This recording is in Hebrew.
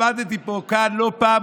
עמדתי כאן לא פעם,